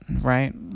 Right